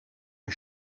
est